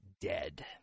dead